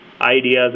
ideas